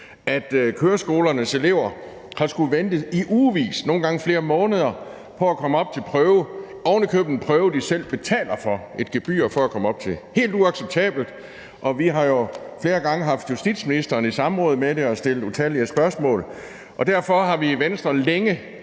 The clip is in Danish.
at køreskolernes elever har skullet vente i ugevis og nogle gange i flere måneder på at komme op til prøve, ovenikøbet en prøve, de betaler et gebyr for. Det er helt uacceptabelt. Og vi har jo flere gange haft justitsministeren i samråd om det og stillet utallige spørgsmål. Derfor har vi i Venstre længe